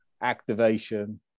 activation